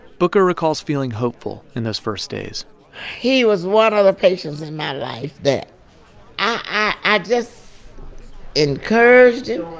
booker recalls feeling hopeful in those first days he was one of the patients in my life that i just encouraged him.